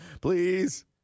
please